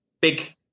big